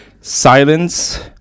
silence